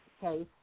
case